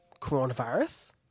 coronavirus